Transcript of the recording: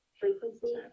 frequency